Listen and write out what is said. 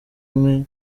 umwe